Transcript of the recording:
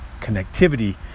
connectivity